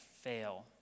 fail